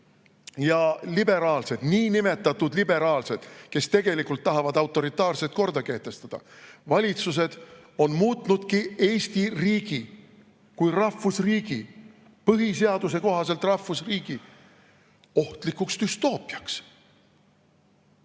ja liberaalsed – niinimetatud liberaalsed, tegelikult tahavad nad autoritaarset korda kehtestada – valitsused on muutnudki Eesti riigi kui rahvusriigi, põhiseaduse kohaselt rahvusriigi, ohtlikuks düstoopiaks.